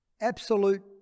absolute